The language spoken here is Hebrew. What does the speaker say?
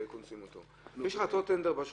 אותו טנדר שנמצא,